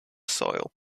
soil